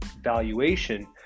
valuation